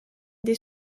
des